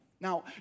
Now